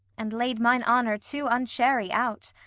and laid mine honour too unchary out.